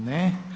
Ne.